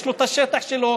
יש לו את השטח שלו,